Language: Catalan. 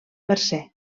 mercè